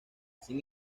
sin